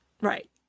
right